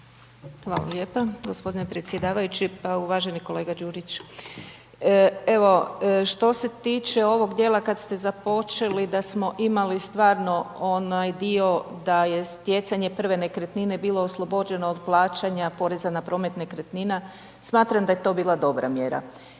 Hvala lijepa gospodine predsjedavajući, pa uvaženi kolega Đurić evo što se tiče ovog dijela kad ste započeli da smo imali stvarno onaj dio da je stjecanje prve nekretnine bilo oslobođeno od plaćanja poreza na promet nekretnina smatram da je to bila dobra mjera.